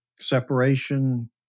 Separation